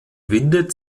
windet